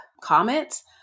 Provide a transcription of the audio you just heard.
comments